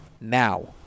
Now